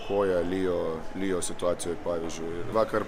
koja lijo lijo situacijoj pavyzdžiui vakar